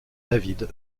david